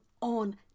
on